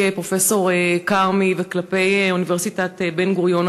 פרופסור כרמי וכלפי אוניברסיטת בן-גוריון,